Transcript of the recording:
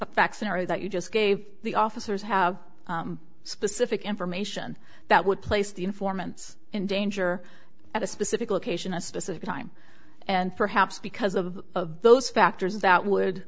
facts are that you just gave the officers have specific information that would place the informants in danger at a specific location a specific time and perhaps because of those factors that would